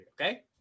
okay